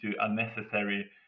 unnecessary